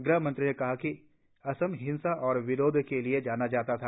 गृहमंत्री ने कहा कि एक बार असम हिंसा और विरोध के लिए जाना जाता था